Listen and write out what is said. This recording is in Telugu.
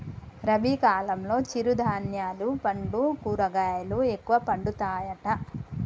రబీ కాలంలో చిరు ధాన్యాలు పండ్లు కూరగాయలు ఎక్కువ పండుతాయట